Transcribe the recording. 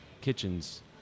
kitchens